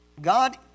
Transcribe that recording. God